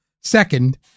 Second